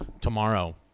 tomorrow